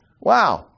Wow